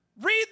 Read